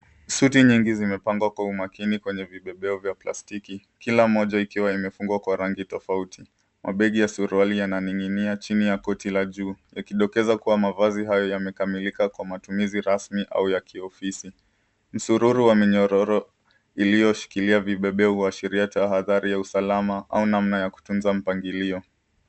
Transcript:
Suti nyingi zimepangwa kwa umakini kwenye vipepeo vya plastiki kila moja ikiwa imefungwa kwa rangi tofauti. Mapegi ya suruali yananing'ina chini ya koti la juu yakidokeza kuwa mavazi hayo yamekamilika kwa matumizi rasmi au ya kiofisi. Mzururo wa minyororo iliyoshikilia vipepeo huashiria tahadhari ya usalama au namna ya kutunza mpangilio.